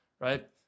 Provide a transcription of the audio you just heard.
right